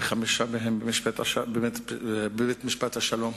וחמישה מהם בבית-משפט השלום,